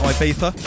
Ibiza